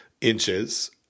inches